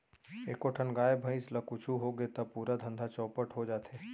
एको ठन गाय, भईंस ल कुछु होगे त पूरा धंधा चैपट हो जाथे